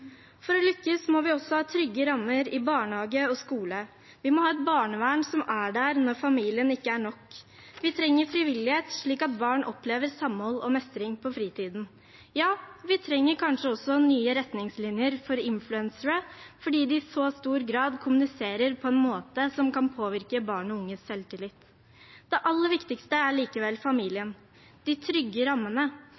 for å lykkes. For å lykkes må vi også ha trygge rammer i barnehage og skole, vi må ha et barnevern som er der når familien ikke er nok. Vi trenger frivillighet, slik at barn opplever samhold og mestring på fritiden. Ja, vi trenger kanskje også nye retningslinjer for influensere, fordi de i så stor grad kommuniserer på en måte som kan påvirke barn og unges selvtillit. Det aller viktigste er likevel